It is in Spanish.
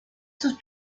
sus